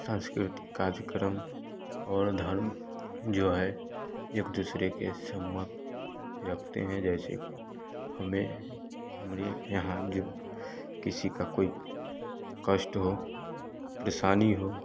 सांस्कृतिक कार्यक्रम और धर्म जो है एक दूसरे के समः जपते हैं जैसे हमें हमारे यहाँ जो किसी का कोई कष्ट हो परेशानी हो